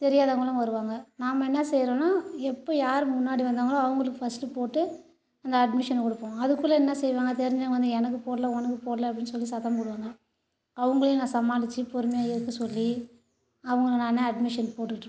தெரியாதவங்களும் வருவாங்க நாம என்ன செய்றோன்னா எப்போ யார் முன்னாடி வந்தாங்களோ அவங்களுக்கு ஃபர்ஸ்ட்டு போட்டு அந்த அட்மிஷன் கொடுப்போம் அதுக்குள்ளே என்ன செய்வாங்க தெரிஞ்சவங்க வந்து எனக்கு போடல உனக்கு போடல அப்படின்னு சொல்லி சத்தம் போடுவாங்க அவங்களையும் நான் சமாளிச்சு பொறுமையாக இருக்க சொல்லி அவங்கள நான் அட்மிஷன் போட்டுகிட்டு இருப்பேன்